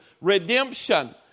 redemption